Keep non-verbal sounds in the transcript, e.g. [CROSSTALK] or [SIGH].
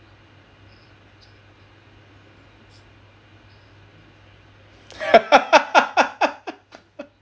[LAUGHS]